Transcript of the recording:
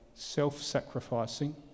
self-sacrificing